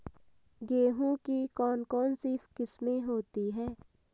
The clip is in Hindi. गेहूँ की कौन कौनसी किस्में होती है?